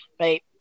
right